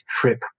trip